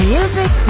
Music